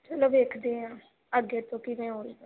ਚਲੋ ਵੇਖਦੇ ਹਾਂ ਅੱਗੇ ਤੋਂ ਕਿਵੇਂ ਹੋ